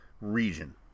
region